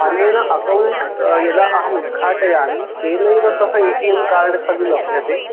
अनेन अकौण्ट् यदा अहम् उद्घाटयामि तेनैव सह ए टि एम् कार्ड् खलु लभ्यते